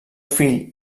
fill